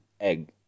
egg